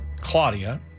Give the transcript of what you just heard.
Claudia